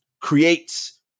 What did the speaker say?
creates